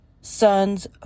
son's